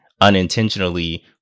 unintentionally